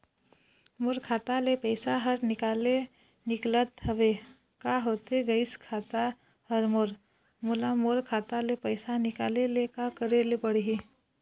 मोर खाता ले पैसा हर निकाले निकलत हवे, का होथे गइस खाता हर मोर, मोला मोर खाता ले पैसा निकाले ले का करे ले पड़ही?